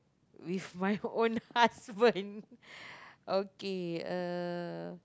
with my own husband okay uh